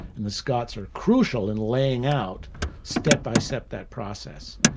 and the scots are crucial in laying out step by step, that process.